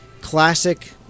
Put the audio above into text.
classic